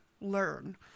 learn